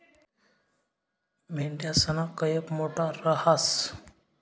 मेंढयासना कयप मोठा रहास